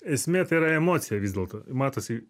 esmė tai yra emocija vis dėlto matosi